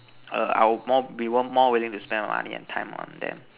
err I will more be more more willing to spend money and time on them